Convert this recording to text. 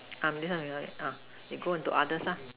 uh this one this one uh we go into others ah